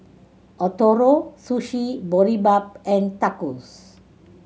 Ootoro Sushi Boribap and Tacos